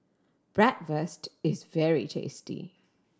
bratwurst is very tasty